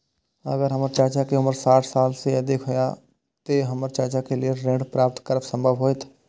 अगर हमर चाचा के उम्र साठ साल से अधिक या ते हमर चाचा के लेल ऋण प्राप्त करब संभव होएत?